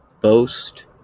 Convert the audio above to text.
boast